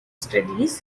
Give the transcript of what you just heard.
studies